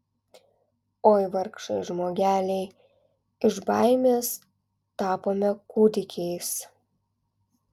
oi vargšai žmogeliai iš baimės tapome kūdikiais